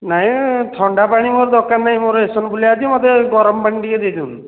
ନାଇଁ ଥଣ୍ଡା ପାଣି ମୋର ଦରକାର ନାହିଁ ମୋର ଇଶନୋଫିଲିଆ ଅଛି ମୋତେ ଗରମ ପାଣି ଟିକିଏ ଦେଇଦିଅନ୍ତୁ